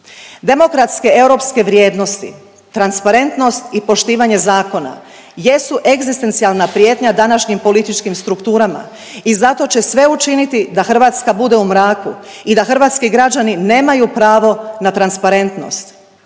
Demokratske europske vrijednosti, transparentnost i poštivanje zakona jesu egzistencijalna prijetnja današnjim političkim strukturama i zato će sve učiniti da Hrvatska bude u mraku i da Hrvatski građani nemaju pravo na transparentnost.